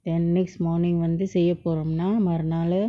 then next morning வந்து செய்ய போரம்னா மறுநாளு:vanthu seiya poramna marunaalu